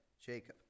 Jacob